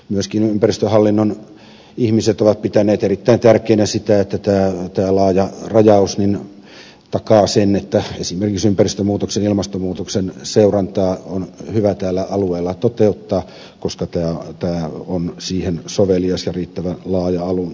myöskin ympäristöhallinnon ihmiset ovat pitäneet erittäin tärkeänä sitä että tämä laaja rajaus takaa sen että esimerkiksi ympäristönmuutoksen ja ilmastonmuutoksen seurantaa on hyvä tällä alueella toteuttaa koska tämä on siihen sovelias ja riittävän laaja alue